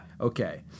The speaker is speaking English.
Okay